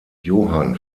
johann